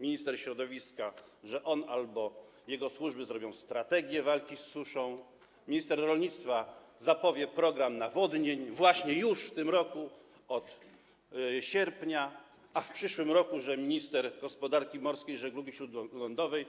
Minister środowiska - że on zrobi albo jego służby zrobią strategię walki z suszą, minister rolnictwa zapowie program nawodnień, właśnie już w tym roku od sierpnia, a w przyszłym roku minister gospodarki morskiej i żeglugi śródlądowej